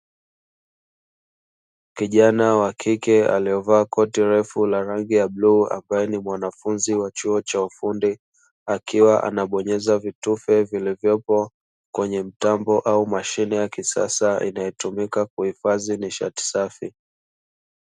Kijana wa kike, aliyevaa koti refu la rangi ya bluu, ambaye ni mwanafunzi wa chuo cha ufundi, akiwa anabonyeza vitufe vilivyopo kwenye mtambo au mashine ya kisasa inayotumika kuhifadhi nishati safi.